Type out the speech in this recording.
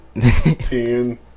ten